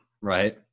right